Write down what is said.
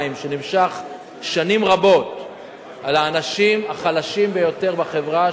שנמשך שנים רבות כלפי האנשים החלשים ביותר בחברה,